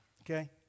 okay